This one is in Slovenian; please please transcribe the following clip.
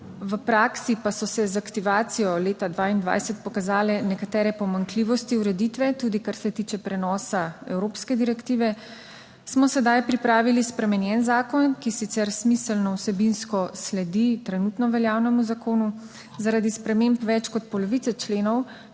v praksi pa so se z aktivacijo leta 2022 pokazale nekatere pomanjkljivosti ureditve, tudi, kar se tiče prenosa evropske direktive, smo sedaj pripravili spremenjen zakon, ki sicer smiselno vsebinsko sledi trenutno veljavnemu zakonu, zaradi sprememb več kot polovice členov